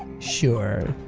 sure.